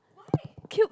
cute